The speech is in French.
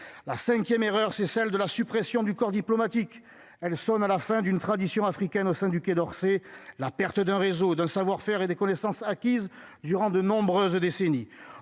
La 5e erreur c'est celle de la suppression du corps diplomatique, elle sonne à la fin d'une tradition africaine au sein du Quai d'Orsay, la perte d'un réseau d'un savoir-faire et des connaissances acquises durant de nombreuses décennies.